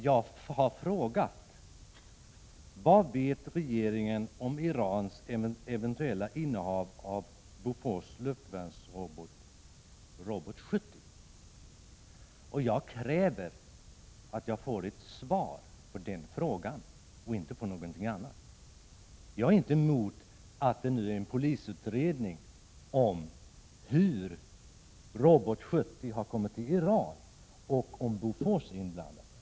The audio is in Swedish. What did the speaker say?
Jag har frågat: Vad vet regeringen om Irans eventuella innehav av Bofors luftvärnsrobot Robot 70? Jag kräver att jag får svar på den frågan, inte något annat. Jag är inte emot att det nu finns en polisutredning om hur Robot 70 har kommit till Iran och om Bofors är inblandat.